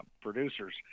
producers